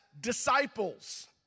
disciples